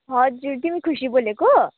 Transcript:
हजुर तिमी खुसी बोलेको